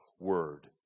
word